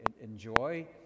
enjoy